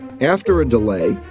after a delay,